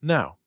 Now